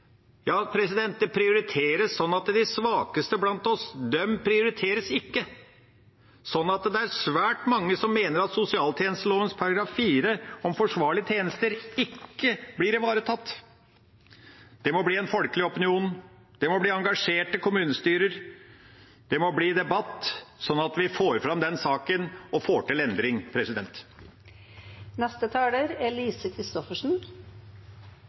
Ja, det prioriteres slik at de svakeste blant oss ikke prioriteres. Det er svært mange som mener at sosialtjenesteloven § 4 om forsvarlige tjenester ikke blir ivaretatt. Det må bli en folkelig opinion. Det må bli engasjerte kommunestyrer. Det må bli debatt, sånn at vi får fram den saken og får til endring.